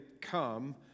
come